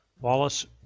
Wallace